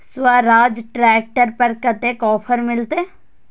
Swaraj tractor पर कतेक offer मिलते?